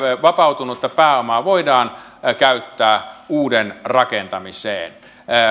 vapautunutta pääomaa voidaan käyttää uuden rakentamiseen